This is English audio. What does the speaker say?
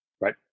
Right